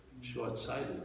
short-sighted